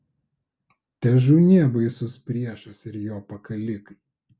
težūnie baisus priešas ir jo pakalikai